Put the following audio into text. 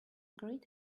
great